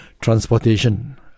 transportation